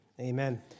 amen